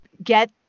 get